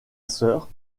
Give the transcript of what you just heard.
sœur